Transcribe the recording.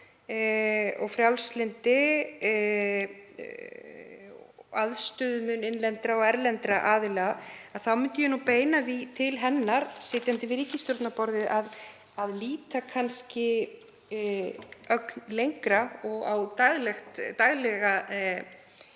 og frjálslyndi og aðstöðumun innlendra og erlendra aðila myndi ég nú beina því til hennar, sitjandi við ríkisstjórnarborðið, að líta kannski ögn lengra og á daglega